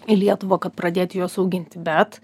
į lietuvą kad pradėti juos auginti bet